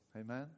Amen